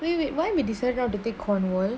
wait wait why we decided on the date cornwall